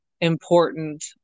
important